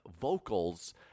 vocals